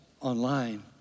online